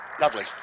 lovely